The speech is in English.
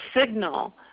signal